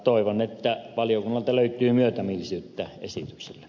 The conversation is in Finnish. toivon että valiokunnalta löytyy myötämielisyyttä esitykselle